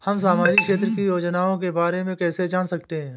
हम सामाजिक क्षेत्र की योजनाओं के बारे में कैसे जान सकते हैं?